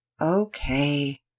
Okay